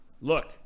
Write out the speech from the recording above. Look